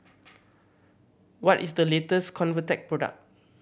what is the latest Convatec product